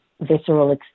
visceral